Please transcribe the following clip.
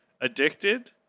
Addicted